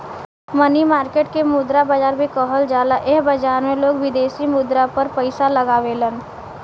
मनी market के मुद्रा बाजार भी कहल जाला एह बाजार में लोग विदेशी मुद्रा पर पैसा लगावेलन